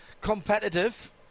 competitive